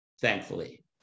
thankfully